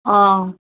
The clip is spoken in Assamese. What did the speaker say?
অঁ